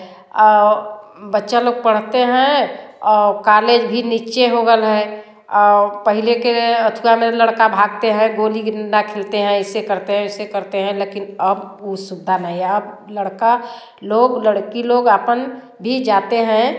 बच्चा लोग पढ़ते हैं कालेज भी नीचे होगल है और पहले के अथवा में लड़का भागते हैं गोली डंडा खेलते हैं इससे करते हैं उससे करते हैं लेकिन अब लह सुवधा नहीं है अब लड़का लोग लड़की लोग आपन भी जाते हैं